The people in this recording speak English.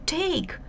take